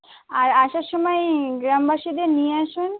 আর আসার সময়ে গ্রামবাসীদের নিয়ে আসুন